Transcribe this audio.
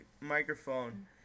microphone